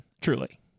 Truly